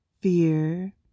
fear